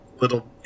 little